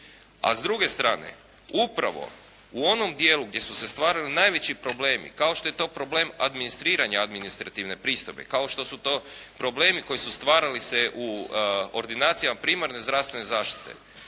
A s druge strane, upravo u onom dijelu gdje su se stvarali najveći problemi, kao što je to problem administriranja administrativne pristojbe, kao što su to problemi koji su se stvarali u ordinacijama primarne zdravstvene zaštite